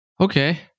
Okay